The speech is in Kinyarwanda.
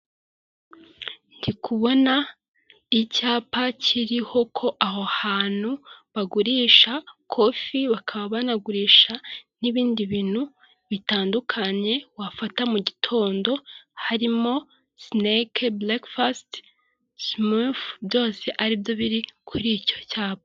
Ndi kubona icyapa kiriho ko aho hantu bagurisha kofi bakaba banagurisha n'ibindi bintu bitandukanye wafata mu gitondo, harimo sineke burekifasiti, simufu byose ari byo biri kuri icyo cyapa.